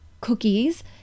cookies